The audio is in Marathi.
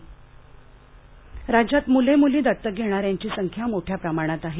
पंकजाः राज्यात मुले मुली दतक घेणाऱ्यांची संख्या मोठ्या प्रमाणात आहे